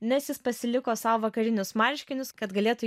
nes jis pasiliko sau vakarinius marškinius kad galėtų